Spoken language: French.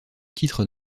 titre